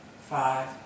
five